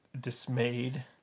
dismayed